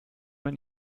man